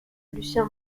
lucien